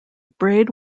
braid